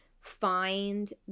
find